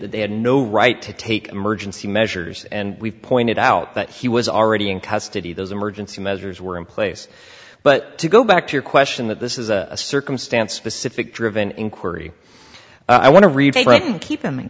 that they had no right to take emergency measures and we've pointed out that he was already in custody those emergency measures were in place but to go back to your question that this is a circumstance specific driven inquiry i want to read keep him in